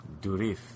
Durif